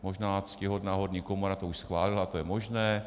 Možná ctihodná horní komora to už schválila, to je možné.